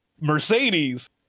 Mercedes